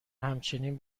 همچنین